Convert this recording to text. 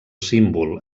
símbol